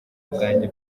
bwanjye